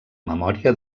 memòria